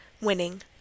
winning